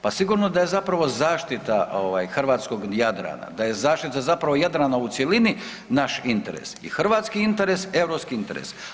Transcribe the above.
Pa sigurno da je zapravo zaštita ovaj hrvatskog Jadrana, da je zaštita zapravo Jadrana u cjelini naš interes i hrvatski interes, europski interes.